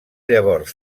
llavors